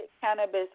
cannabis